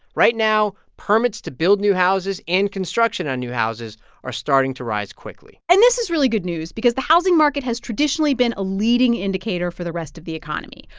right now, permits to build new houses and construction on new houses are starting to rise quickly and this is really good news because the housing market has traditionally been a leading indicator for the rest of the economy.